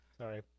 sorry